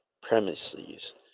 premises